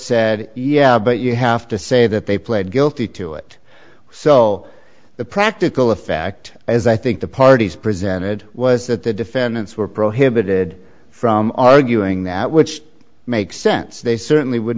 said yeah but you have to say that they pled guilty to it so the practical effect as i think the parties presented was that the defendants were prohibited from arguing that which makes sense they certainly would